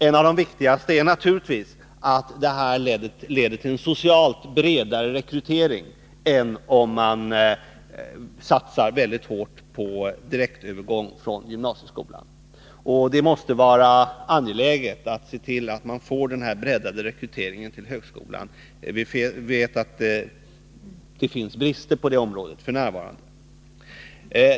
Ett av de viktigaste är naturligtvis att ett sådant system leder till en socialt bredare rekrytering än om man satsar väldigt hårt på direktövergång från gymnasieskolan. Det måste vara angeläget att se till att man får den här breddade rekryteringen till högskolan. Vi vet att det finns brister på det området f. n.